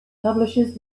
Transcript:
publishers